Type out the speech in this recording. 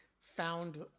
found